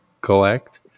collect